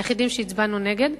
היינו היחידים שהצבענו נגד,